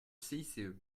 cice